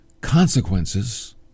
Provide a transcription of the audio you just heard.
consequences